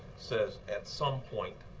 says at some point